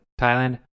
Thailand